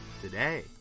today